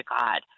God